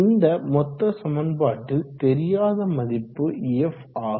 இந்த மொத்த சமன்பாட்டில் தெரியாத மதிப்பு கொண்டது f ஆகும்